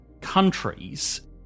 countries